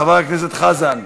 חבר הכנסת חזן.